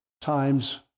times